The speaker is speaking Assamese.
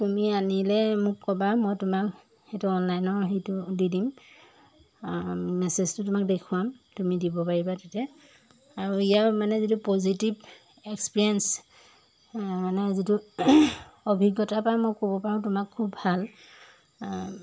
তুমি আনিলে মোক ক'বা মই তোমাক সেইটো অনলাইনৰ সেইটো দি দিম মেছেজটো তোমাক দেখুৱাম তুমি দিব পাৰিবা তেতিয়া আৰু ইয়াৰ মানে যিটো পজিটিভ এক্সপিৰিয়েঞ্চ মানে যিটো অভিজ্ঞতাৰ পৰা মই ক'ব পাৰোঁ তোমাক খুব ভাল